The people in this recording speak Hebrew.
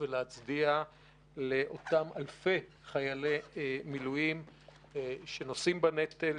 ולהצדיע לאותם אלפי חיילי מילואים שנושאים בנטל,